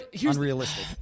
unrealistic